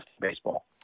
baseball